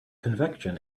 convection